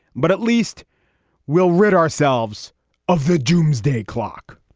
but at least we'll rid ourselves of the doomsday clock